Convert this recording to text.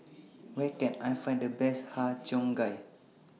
Where Can I Find The Best Har Cheong Gai